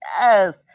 yes